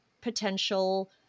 potential